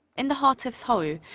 in the heart of seoul,